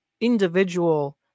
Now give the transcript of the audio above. individual